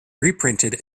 reprinted